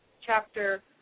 chapter